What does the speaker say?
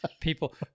people